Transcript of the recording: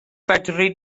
fedri